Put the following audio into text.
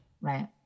Right